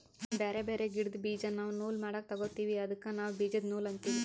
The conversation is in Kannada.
ಬ್ಯಾರೆ ಬ್ಯಾರೆ ಗಿಡ್ದ್ ಬೀಜಾ ನಾವ್ ನೂಲ್ ಮಾಡಕ್ ತೊಗೋತೀವಿ ಅದಕ್ಕ ನಾವ್ ಬೀಜದ ನೂಲ್ ಅಂತೀವಿ